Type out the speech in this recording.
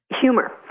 Humor